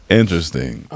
interesting